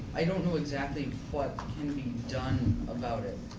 i don't know exactly what can be done about it,